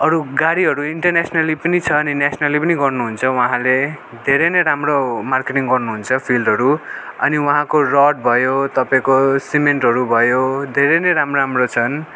अरू गाडीहरू इन्टरनेसनली पनि छन् नेसनली पनि गर्नुहुन्छ उहाँले धेरै नै राम्रो मार्केटिङ गर्नुहुन्छ फिल्डहरू अनि उहाँको रड भयो तपाईँको सिमेन्टहरू भयो धेरै नै राम्रो राम्रो छन्